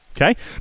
Okay